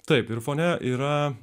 taip ir fone yra